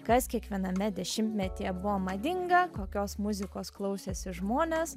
kas kiekviename dešimtmetyje buvo madinga kokios muzikos klausėsi žmonės